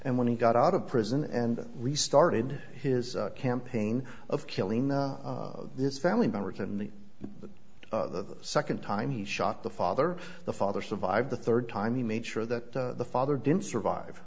and when he got out of prison and restarted his campaign of killing his family members and the second time he shot the father the father survived the third time he made sure that the father didn't survive